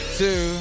two